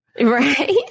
right